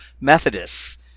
Methodists